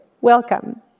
Welcome